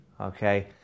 Okay